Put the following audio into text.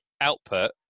output